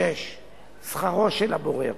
5. שכרו של הבורר